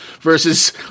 versus